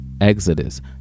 Exodus